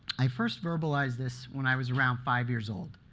i first verbalized this when i was around five years old.